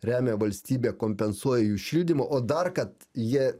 remia valstybė kompensuoja jų šildymą o dar kad jie